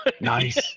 Nice